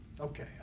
Okay